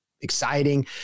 exciting